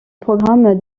programme